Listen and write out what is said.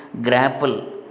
grapple